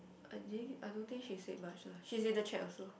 I didn't I don't think she said much lah she's in the chat also